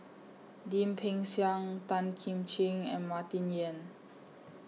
Lim Peng Siang Tan Kim Ching and Martin Yan